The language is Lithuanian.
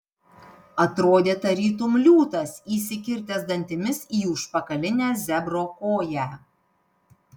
atrodė tarytum liūtas įsikirtęs dantimis į užpakalinę zebro koją